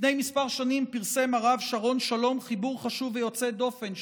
לפני כמה שנים פרסם הרב שרון שלום חיבור חשוב ויוצא דופן,